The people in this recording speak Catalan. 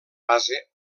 base